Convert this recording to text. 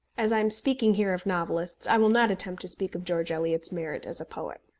as i am speaking here of novelists, i will not attempt to speak of george eliot's merit as a poet.